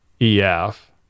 EF